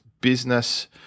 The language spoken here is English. business